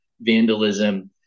vandalism